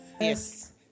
yes